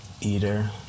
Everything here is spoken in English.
eater